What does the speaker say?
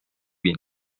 بین